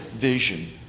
vision